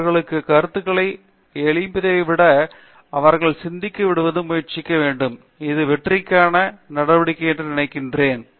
அவர்களுக்கு கருத்துகளை அளிப்பதை விட மாணவர்கள் சிந்திக்க முயற்சிக்க வேண்டும் என்று முயற்சி செய்கிறேன் அது வெற்றிக்கான நடவடிக்கை என்று நினைக்கிறேன்